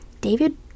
david